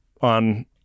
on